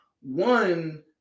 one